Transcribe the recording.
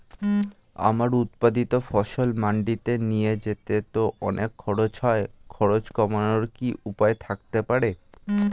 আমার উৎপাদিত ফসল মান্ডিতে নিয়ে যেতে তো অনেক খরচ হয় খরচ কমানোর কি উপায় থাকতে পারে?